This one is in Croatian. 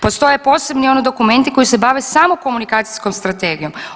Postoje posebni ono dokumenti koji se bave samo komunikacijskom strategijom.